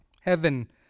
Heaven